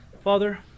Father